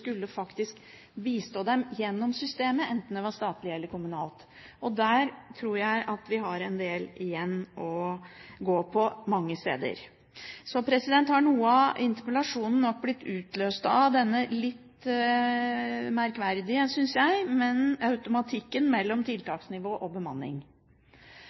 skulle faktisk bistå dem gjennom systemet, enten det var statlig eller kommunalt. Der tror jeg at vi har en del igjen å gå på mange steder. Så har noe av interpellasjonen nok blitt utløst av denne litt merkverdige – synes jeg – automatikken mellom tiltaksnivå og bemanning.